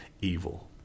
evil